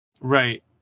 Right